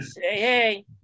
hey